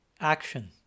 action